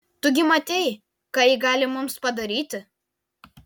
tu gi matei ką ji gali mums padaryti